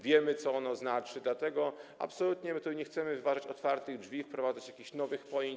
Wiemy, co ono znaczy, dlatego absolutnie nie chcemy wyważać otwartych drzwi, wprowadzać jakichś nowych pojęć.